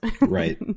Right